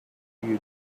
you